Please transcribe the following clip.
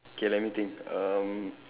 okay let me think um